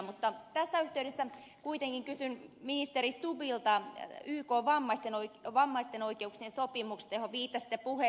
mutta tässä yhteydessä kuitenkin kysyn ministeri stubbilta ykn vammaisten oikeuksien sopimuksesta johon viittasitte puheessanne